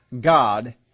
God